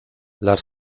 las